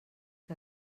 que